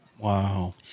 Wow